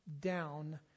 down